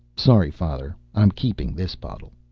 sorry, father. i'm keeping this bottle.